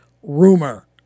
rumor